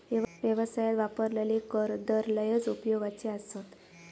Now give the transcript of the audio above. व्यवसायात वापरलेले कर दर लयच उपयोगाचे आसत